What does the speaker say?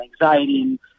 anxiety